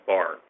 Bar